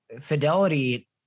Fidelity